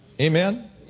Amen